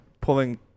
pulling